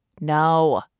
No